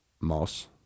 Moss